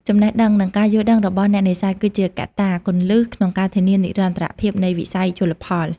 ចំណេះដឹង និងការយល់ដឹងរបស់អ្នកនេសាទ គឺជាកត្តាគន្លឹះក្នុងការធានានិរន្តរភាពនៃវិស័យជលផល។